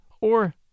or